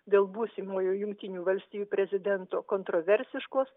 dėl būsimųjų jungtinių valstijų prezidento kontroversiškos